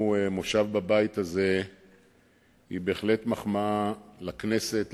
מושב בבית הזה היא בהחלט מחמאה לכנסת,